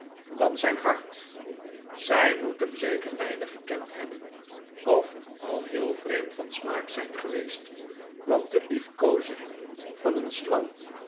dan zijn hart zij moet hem zgker weinig gekend hebben of al heel vreemd van smaak zijn geweest want de liefkoozingen van een slang